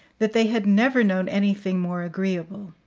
that they had never known anything more agreeable.